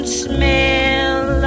smell